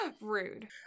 Rude